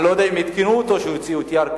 אני לא יודע אם עדכנו אותו שהוציאו את ירכא,